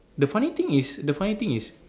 the funny thing is the funny thing is